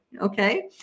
okay